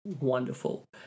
wonderful